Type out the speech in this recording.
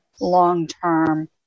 long-term